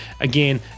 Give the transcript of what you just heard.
Again